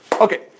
Okay